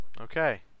okay